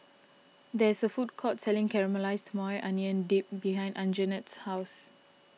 there is a food court selling Caramelized Maui Onion Dip behind Anjanette's house